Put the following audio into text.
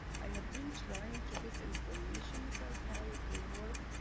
i have been trying to get information about how it will work.